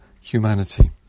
humanity